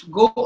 go